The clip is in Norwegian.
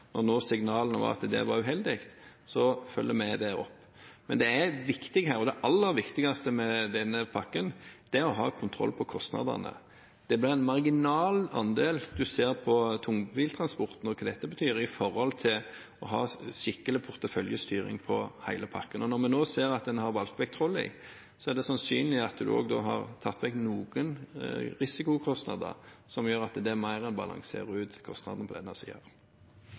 og da signalene var at det var uheldig, følger vi det opp. Men det aller viktigste med denne pakken er å ha kontroll på kostnadene. Det blir en marginal andel en ser innen tungbiltransporten og hva dette betyr, i forhold til å ha skikkelig porteføljestyring på hele pakken. Og når vi nå ser at en har valgt vekk trolleybuss, er det sannsynlig at en også har tatt vekk noen risikokostnader, som gjør at det mer enn balanserer ut kostnadene på denne